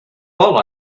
all